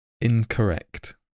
Incorrect